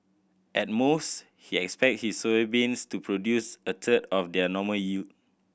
at most he expect his soybeans to produce a third of their normal yield